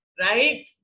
right